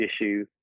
issue